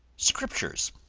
scriptures,